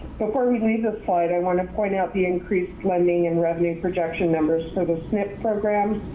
before we leave this slide, i want to point out the increased lending and revenue projection numbers of a mip program.